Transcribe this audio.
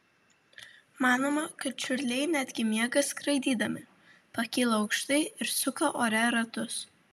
manoma kad čiurliai netgi miega skraidydami pakyla aukštai ir suka ore ratus